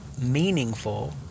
meaningful